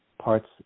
parts